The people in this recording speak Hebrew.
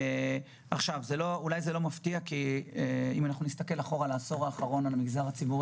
אם נסתכל אחורה על העשור האחרון במגזר הציבורי